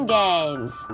games